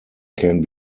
can